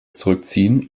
zurückziehen